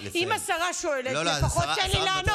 רגע, אבל אם השרה שואלת, לפחות תן לי לענות.